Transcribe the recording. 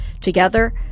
Together